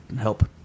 help